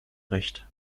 recht